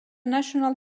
national